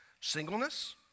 singleness